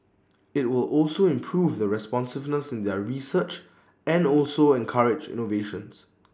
IT will also improve the responsiveness in their research and also encourage innovations